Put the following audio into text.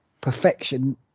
perfection